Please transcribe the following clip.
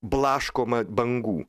blaškoma bangų